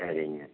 சரிங்க